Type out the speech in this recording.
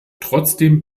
trotzdem